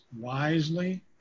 wisely